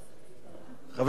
חבר הכנסת ג'מאל זחאלקה.